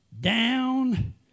down